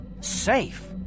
Safe